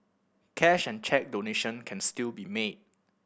cash and cheque donation can still be made